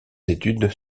études